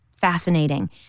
fascinating